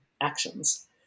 actions